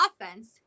offense